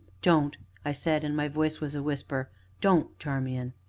don't! i said, and my voice was a whisper don't, charmian!